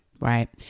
right